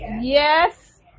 yes